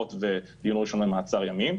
הוכחות ודיון ראשון במעצר ימים,